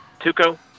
Tuco